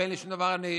ואין לי שום דבר אישי,